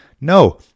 No